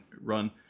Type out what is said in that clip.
run